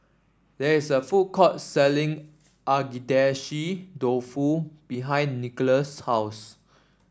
there is a food court selling Agedashi Dofu behind Nicklaus' house